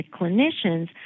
clinicians